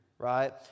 Right